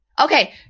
okay